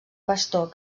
pastor